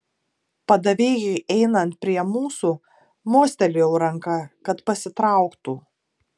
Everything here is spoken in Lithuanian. padavėjui einant prie mūsų mostelėjau ranka kad pasitrauktų